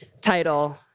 title